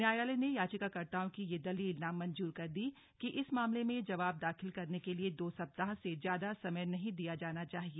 न्यायालय ने याचिकाकर्ताओं की यह दलील नामंजूर कर दी कि इस मामले में जवाब दाखिल करने के लिए दो सप्ताह से ज्यादा समय नहीं दिया जाना चाहिए